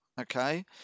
Okay